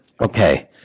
Okay